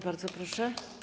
Bardzo proszę.